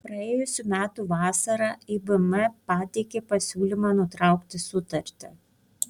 praėjusių metų vasarą ibm pateikė pasiūlymą nutraukti sutartį